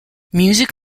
music